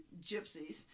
gypsies